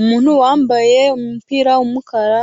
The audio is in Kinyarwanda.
Umuntu wambaye umupira w'umukara